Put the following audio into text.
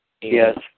Yes